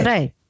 Right